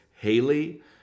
Haley